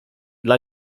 dla